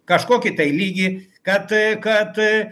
kažkokį tai lygį kad kad